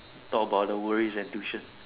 thought about the worries and tuition